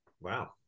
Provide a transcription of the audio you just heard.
Wow